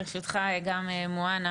ברשותך, מוהנא